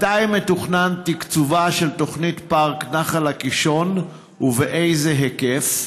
1. מתי מתוכנן תקצובה של תוכנית פארק נחל הקישון ובאיזה היקף?